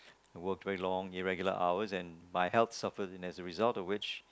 I work very long irregular hours and my health suffers in as a result of which